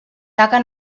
taca